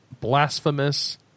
Blasphemous